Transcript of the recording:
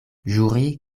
ĵuri